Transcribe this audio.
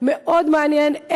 מאוד מעניינות,